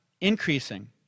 increasing